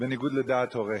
בניגוד לדעת הוריהם?